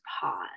pause